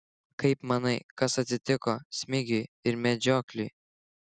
kaip manai kas atsitiko smigiui ir medžiokliui